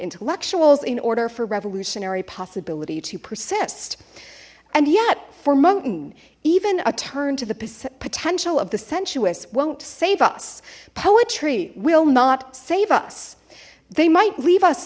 intellectuals in order for revolutionary possibility to persist and yet for moton even a turn to the potential of the sensuous won't save us poetry will not save us they might leave us